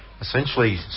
Essentially